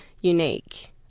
unique